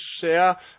share